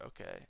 Okay